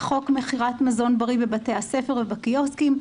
חוק מכירת מזון בריא בבתי הספר ובקיוסקים.